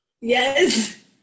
Yes